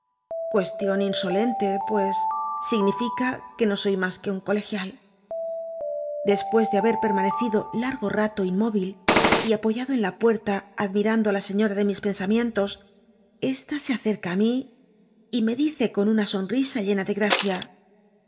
ilhoientc lues significa que no soy mas que un colegial dcspucs de hahet permanecido largo mto inlliói'il y apoyado en la pucita admirando ü la sciíoa de mis pensamientos esta se acerca i mí y me dice con una sonrisa llena de gracia